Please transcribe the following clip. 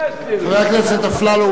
חבר הכנסת אפללו,